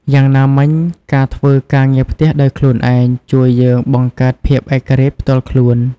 យ៉ាងណាមិញ ការធ្វើការងារផ្ទះដោយខ្លួនឯងជួយយើងបង្កើតភាពឯករាជ្យផ្ទាល់ខ្លួន។